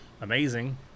amazing